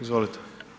Izvolite.